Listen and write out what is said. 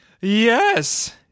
yes